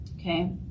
okay